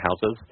houses